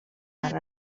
van